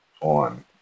on